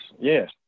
yes